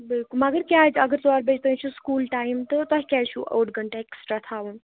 بلکل مگر کیازِ اگر ژورِ بجہِ تانۍ چھُ سکوٗل ٹایِم تہٕ تۄہہِ کیازِ چھُو اوٚڑ گھنٹہٕ ایکٕسٹرٛا تھاوُن